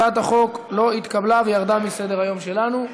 הצעת החוק לא התקבלה וירדה מסדר-היום שלנו.